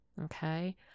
Okay